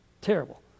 Terrible